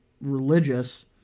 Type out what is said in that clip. religious